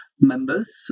members